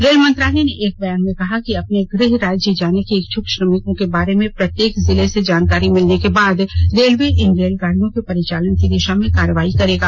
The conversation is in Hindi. रेल मंत्रालय ने एक बयान में कहा कि अपने गृह राज्य जाने के इच्छुक श्रमिकों के बारे में प्रत्येक जिले से जानकारी मिलने के बाद रेलवे इन रेलगाड़ियों के परिचालन को दिशा में कार्रवाई करेगा